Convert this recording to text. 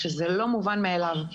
שזה לא מובן מאליו.